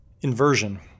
Inversion